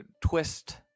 twist